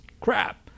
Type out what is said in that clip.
crap